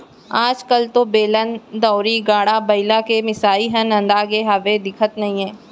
आज कल तो बेलन, दउंरी, गाड़ा बइला के मिसाई ह नंदागे हावय, दिखते नइये